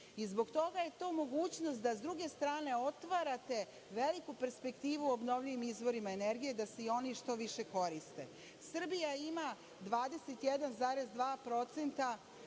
Zbog toga je to mogućnost da s druge strane otvarate veliku perspektivu obnovljivim izvorima energije da se i oni što više koriste. Srbija ima 21,2%